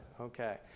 okay